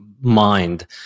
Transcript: mind